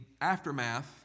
aftermath